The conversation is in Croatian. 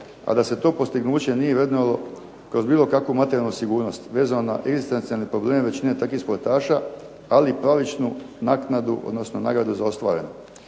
a da se to postignuće nije vrednovalo kroz bilo kakvu materijalnu sigurnost, vezano na egzistencijalni problem većine takvih sportaša, ali i pravičnu naknadu odnosno nagradu za ostvareno.